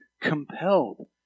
compelled